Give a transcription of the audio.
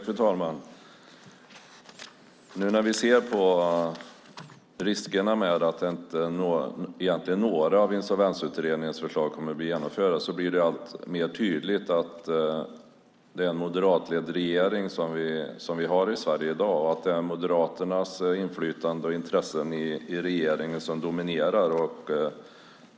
Fru talman! När vi ser på riskerna med att egentligen inte något av Insolvensutredningens förslag kommer att genomföras blir det allt tydligare att vi i dag har en moderatledd regering i Sverige, att det är Moderaternas inflytande och intressen i regeringen som dominerar.